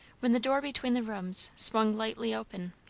when the door between the rooms swung lightly open.